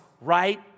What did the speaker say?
right